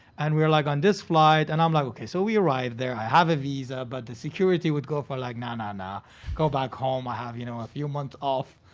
and we were like on this flight, and i'm like, okay. so we arrive there, i have a visa. but the security would go for like ah and go back home, i have, you know, a few months off.